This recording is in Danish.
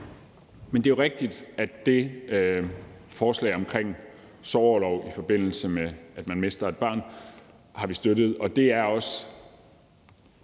(S): Det er jo rigtigt, at det forslag omkring sorgorlov, i forbindelse med at man mister et barn, har vi støttet.